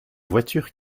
voiture